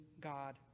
God